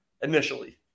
Initially